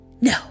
No